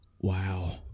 Wow